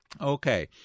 Okay